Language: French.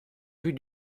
vue